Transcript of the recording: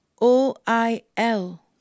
O-I-L